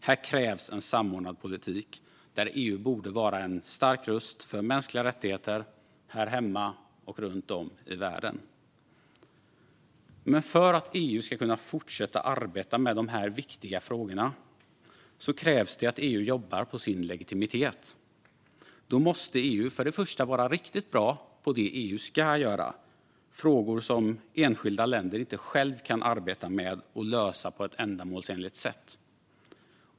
Här krävs en samordnad politik, där EU borde vara en stark röst för mänskliga rättigheter här hemma och runt om i världen. För att EU ska kunna fortsätta att arbeta med dessa viktiga frågor krävs dock att EU jobbar på sin legitimitet. Då måste EU för det första vara riktigt bra på det EU ska göra, det vill säga frågor som enskilda länder inte själva kan arbeta med och lösa på ett ändamålsenligt sätt.